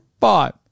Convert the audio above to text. five